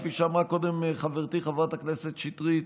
כפי שאמרה קודם חברתי חברת הכנסת שטרית,